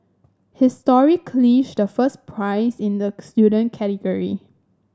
his story clinched the first prize in the student category